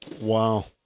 Wow